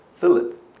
Philip